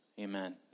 amen